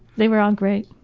they were all great.